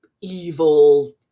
evil